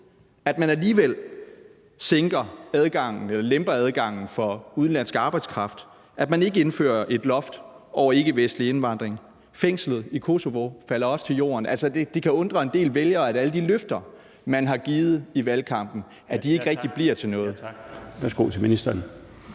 at man alligevel lemper adgangen for udenlandsk arbejdskraft, at man ikke indfører et loft over ikkevestlig indvandring, og at fængslet i Kosovo også falder til jorden – altså at det kan undre en del vælgere, at alle de løfter, man har givet i valgkampen, ikke rigtig bliver til noget?